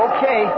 Okay